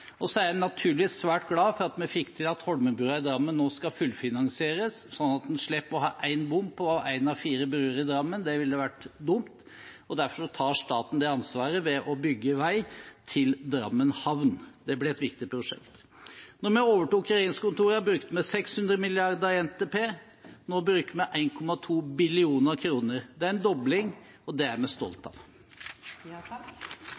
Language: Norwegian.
Så er jeg naturligvis svært glad for at vi fikk til at Holmenbrua i Drammen nå skal fullfinansieres, sånn at en slipper å ha en bom på én av fire bruer i Drammen. Det ville vært dumt, og derfor tar staten det ansvaret ved å bygge vei til Drammen havn. Det blir et viktig prosjekt. Da vi overtok regjeringskontorene, brukte vi 600 mrd. kr i NTP. Nå bruker vi 1,2 billioner kr. Det er en dobling, og det er vi